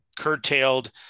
curtailed